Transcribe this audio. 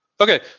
okay